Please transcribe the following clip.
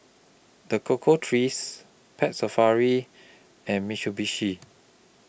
The Cocoa Trees Pet Safari and Mitsubishi